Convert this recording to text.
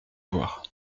voir